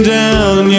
down